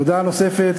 הודעה נוספת,